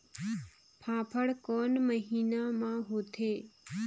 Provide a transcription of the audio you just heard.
फाफण कोन महीना म होथे?